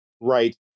Right